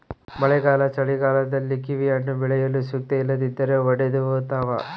ಮಳೆಗಾಲ ಚಳಿಗಾಲದಲ್ಲಿ ಕಿವಿಹಣ್ಣು ಬೆಳೆಯಲು ಸೂಕ್ತ ಇಲ್ಲದಿದ್ದರೆ ಒಡೆದುಹೋತವ